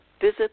Visit